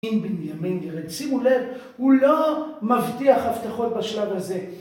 שימו לב, הוא לא מבטיח הבטחות בשלב הזה.